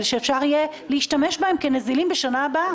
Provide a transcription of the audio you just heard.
שאפשר גם להשתמש בהם כנזילים בשנה הבאה.